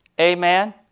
Amen